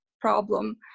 problem